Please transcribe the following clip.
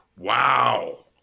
Wow